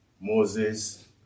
Moses